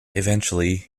eventually